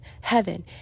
heaven